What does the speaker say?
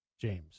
James